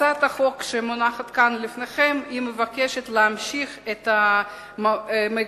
הצעת החוק שמונחת כאן לפניכם מבקשת להמשיך את המגמה